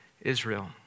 Israel